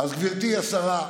גברתי השרה,